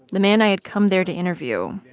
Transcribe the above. the man i had come there to interview,